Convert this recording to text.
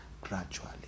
gradually